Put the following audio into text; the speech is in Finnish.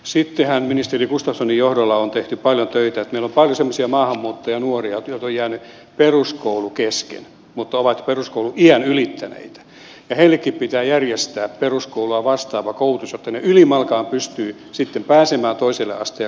sittenhän ministeri gustafssonin johdolla on tehty paljon töitä kun meillä on paljon semmoisia maahanmuuttajanuoria joilta on jäänyt peruskoulu kesken mutta jotka ovat peruskouluiän ylittäneitä ja heillekin pitää järjestää peruskoulua vastaava koulutus jotta he ylimalkaan pystyvät sitten pääsemään toiselle asteelle ja koulutukseen